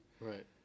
Right